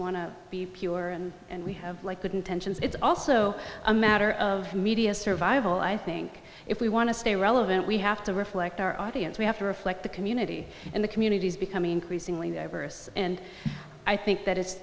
to be pure and we have like couldn't tensions it's also a matter of media survival i think if we want to stay relevant we have to reflect our audience we have to reflect the community and the community is becoming increasingly diverse and i think that